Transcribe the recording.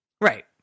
right